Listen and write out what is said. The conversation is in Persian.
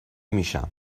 میشم